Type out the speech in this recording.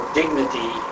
dignity